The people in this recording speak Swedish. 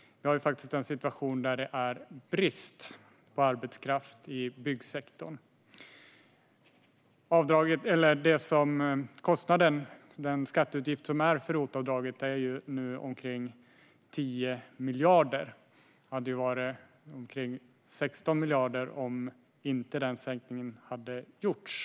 Vi har nu en situation där det faktiskt råder brist på arbetskraft i byggsektorn. Skatteutgiften för ROT-avdraget är nu omkring 10 miljarder. Den skulle ha varit omkring 16 miljarder om sänkningen inte hade gjorts.